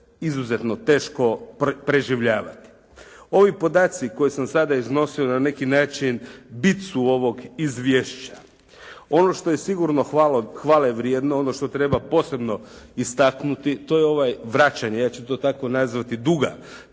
izuzetno teško preživljavati. Ovi podaci koje sam sada iznosio na neki način bit su ovog izvješća. Ono što je sigurno hvale vrijedno, ono što treba posebno istaknuti to je vraćanje ja ću to tako nazvati duga penzionerima